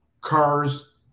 cars